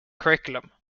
curriculum